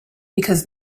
because